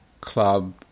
club